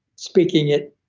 speaking it,